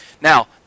Now